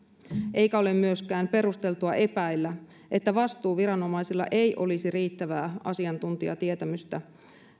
eikä ole myöskään perusteltua epäillä että vastuuviranomaisilla ei olisi riittävää asiantuntijatietämystä